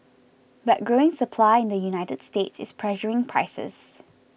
but growing supply in the United States is pressuring prices